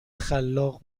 خلاق